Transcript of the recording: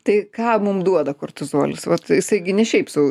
tai ką mum duoda kortizolis vat jisai gi ne šiaip sau